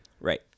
Right